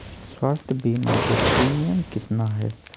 स्वास्थ बीमा के प्रिमियम कितना है?